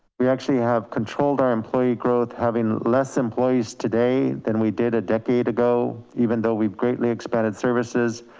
we actually have controlled our employee growth, having less employees today than we did a decade ago, even though we've greatly expanded services.